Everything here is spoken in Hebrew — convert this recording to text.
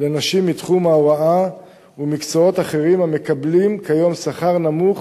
לנשים מתחום ההוראה ומקצועות אחרים המקבלים כיום שכר נמוך